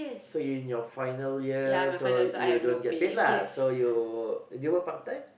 so you in your final year so you don't get paid lah so you do you work part-time